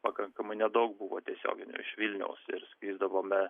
pakankamai nedaug buvo tiesioginių iš vilniaus ir skrisdavome